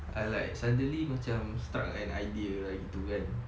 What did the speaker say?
I like suddenly macam struck an idea like to go and